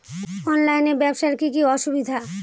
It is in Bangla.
অনলাইনে ব্যবসার কি কি অসুবিধা?